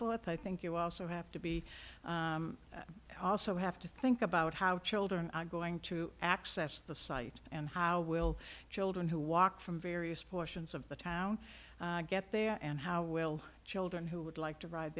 forth i think you also have to be also have to think about how children are going to access the site and how will children who walk from various portions of the town get there and how will children who would like to ride